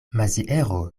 maziero